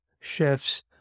chefs